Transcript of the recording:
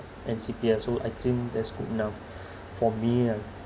and C_P_F so I think that's good enough for me